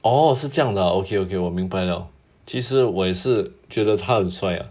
orh 是这样的 ah okay okay 我明白 liao 其实我也是觉得他很帅 ah